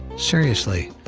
seriously,